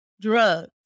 Drugs